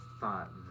thought